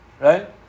right